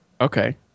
Okay